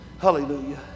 hallelujah